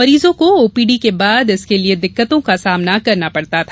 मरीजों को ओपीडी के बाद इसके लिए दिक्कतों का सामना करना पड़ता था